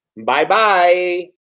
Bye-bye